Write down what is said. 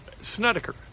Snedeker